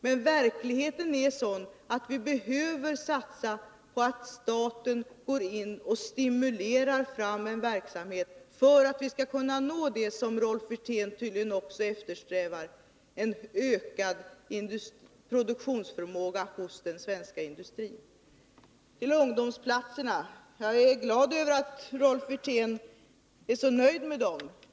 Men verkligheten är sådan att vi behöver satsa på att staten stimulerar fram en verksamhet för att vi skall kunna nå det som Rolf Wirtén tydligen också eftersträvar: en ökad produktionsförmåga hos den svenska industrin. Så till ungdomsplatserna. Jag är glad över att Rolf Wirtén är så nöjd med dem.